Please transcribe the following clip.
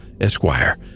Esquire